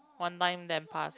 one time then pass